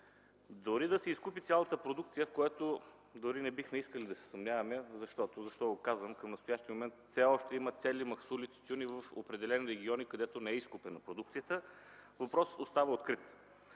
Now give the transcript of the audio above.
Дори да се изкупи цялата продукция, в което дори не бихме искали да се съмняваме, защото към настоящия момент все още има цели максули тютюни в определени региони, където не е изкупена продукцията, въпросът остава открит.